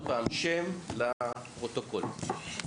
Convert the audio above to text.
שלום,